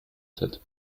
that